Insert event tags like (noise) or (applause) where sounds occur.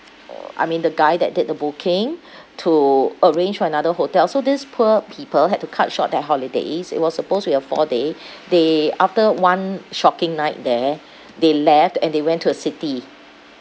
(noise) I mean the guy that did the booking to arrange for another hotel so these poor people had to cut short their holidays it was supposed to be a four day they after one shocking night there they left and they went to a city